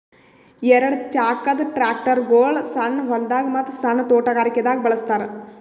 ಎರಡ ಚಾಕದ್ ಟ್ರ್ಯಾಕ್ಟರ್ಗೊಳ್ ಸಣ್ಣ್ ಹೊಲ್ದಾಗ ಮತ್ತ್ ಸಣ್ಣ್ ತೊಟಗಾರಿಕೆ ದಾಗ್ ಬಳಸ್ತಾರ್